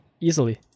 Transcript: easily